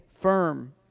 firm